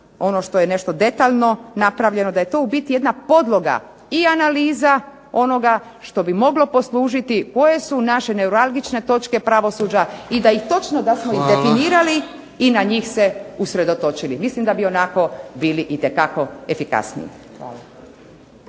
ono što je nešto detaljno napravljeno da je to u biti jedna podloga i analiza onoga što bi moglo poslužiti koje su naše neuralgične točke pravosuđa i da je točno da smo ih definirali i na njih se usredotočili. Mislim da bi onako bili itekako efikasniji.